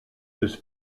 ist